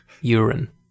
urine